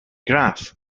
graph